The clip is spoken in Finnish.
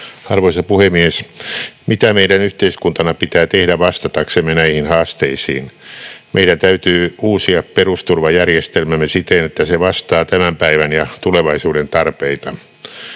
Arvoisa puhemies! Mitä meidän yhteiskuntana pitää tehdä vastataksemme näihin haasteisiin? Meidän täytyy uusia perusturvajärjestelmämme siten, että se vastaa tämän päivän ja tulevaisuuden tarpeita.